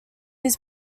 his